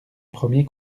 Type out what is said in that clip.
premier